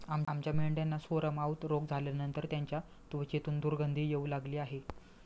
आमच्या मेंढ्यांना सोरमाउथ रोग झाल्यानंतर त्यांच्या त्वचेतून दुर्गंधी येऊ लागली आहे